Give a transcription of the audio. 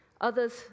others